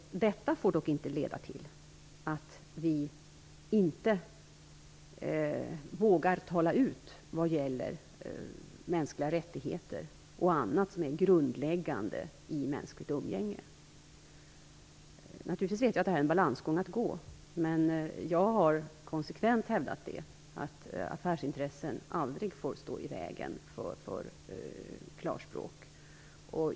Detta får dock inte leda till att vi inte vågar tala ut vad gäller mänskliga rättigheter och annat som är grundläggande i mänskligt umgänge. Naturligtvis vet jag att detta är fråga om en balansgång. Men jag har konsekvent hävdat att affärsintressen aldrig får stå i vägen för klarspråk.